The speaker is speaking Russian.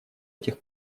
этих